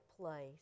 place